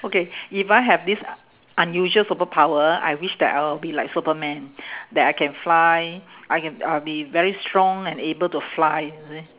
okay if I have this un~ unusual superpower I wish that I will be like superman that I can fly I can I will be very strong and able to fly